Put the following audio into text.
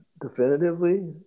definitively